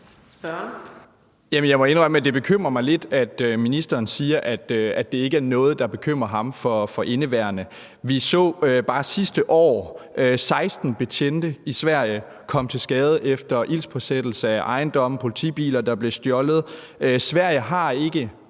Jeg må indrømme, at det bekymrer mig lidt, at ministeren siger, at det ikke er noget, der bekymrer ham for indeværende. Vi så bare sidste år, at 16 betjente i Sverige kom til skade efter ildspåsættelse af ejendomme, og politibiler, der blev stjålet. Sverige har ikke